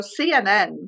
CNN